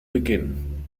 beginn